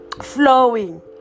flowing